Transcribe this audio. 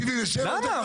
175 עד 177 --- למה?